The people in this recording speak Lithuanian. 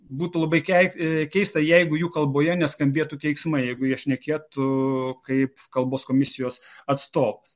būtų labai keis keista jeigu jų kalboje neskambėtų keiksmai jeigu jie šnekėtų kaip kalbos komisijos atstovas